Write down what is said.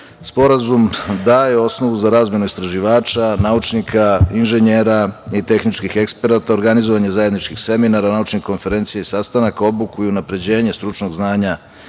interesa. Sporazum daje osnovu za razmenu istraživača, naučnika, inženjera tehničkih eksperata, organizovanje zajedničkih seminara, naučnih konferencija i sastanaka, obuku i unapređenje stručnog znanja